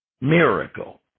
miracle